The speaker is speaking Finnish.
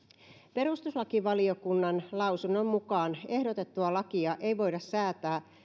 perustuslakivaliokunnan lausunnon mukaan ehdotettua lakia ei voida säätää